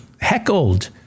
heckled